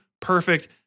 perfect